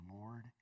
Lord